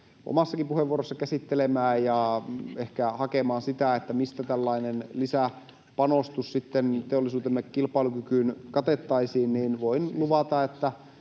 omassakin puheenvuorossa käsittelemään ja ehkä hakemaan sitä, mistä tällainen lisäpanostus sitten teollisuutemme kilpailukykyyn katettaisiin. Voin luvata, että